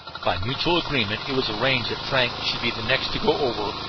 by mutual agreement it was arranged that frank should be the next to go over,